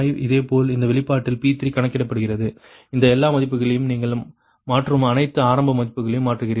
இதேபோல் இந்த வெளிப்பாட்டில் P3 கணக்கிடப்படுகிறது அந்த எல்லா மதிப்புகளையும் நீங்கள் மாற்றும் அனைத்து ஆரம்ப மதிப்புகளையும் மாற்றுகிறீர்கள்